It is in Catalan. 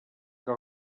que